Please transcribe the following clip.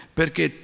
perché